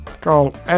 called